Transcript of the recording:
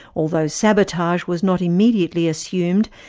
although sabotage was not immediately assumed,